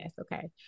Okay